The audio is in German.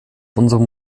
unserem